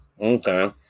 okay